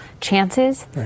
chances